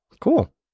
Cool